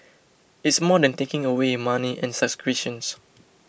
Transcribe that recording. it's more than taking away money and subscriptions